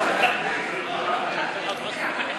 1 לא נתקבלה.